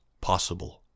possible